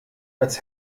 als